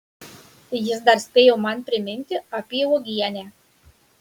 jis dar spėjo man priminti apie uogienę